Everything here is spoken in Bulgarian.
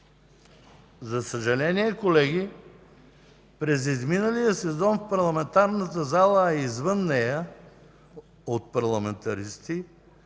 За съжаление, колеги, през изминалия сезон в парламентарната зала, а и извън нея, се чуха някои